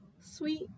Sweet